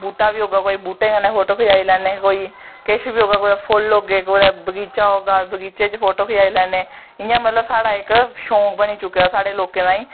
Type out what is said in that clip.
बूह्टा बी होगा बूह्टे कन्नै फोटो खचाई लैन्ने कोई किश बी होग्गा कोई फुल्ल होगे जां बगीचा होगा बगीचे च फोटो खचाई लैन्ने इयां साढ़ा मतलव इक शौक बनी चुके दा साढ़े लोकें तांई